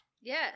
Yes